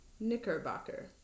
Knickerbocker